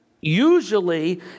usually